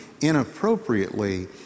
inappropriately